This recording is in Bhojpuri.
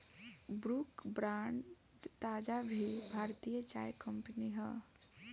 ब्रूक बांड ताज़ा भी भारतीय चाय कंपनी हअ